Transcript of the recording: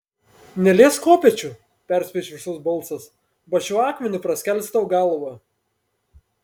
neliesk kopėčių perspėjo iš viršaus balsas ba šiuo akmeniu praskelsiu tau galvą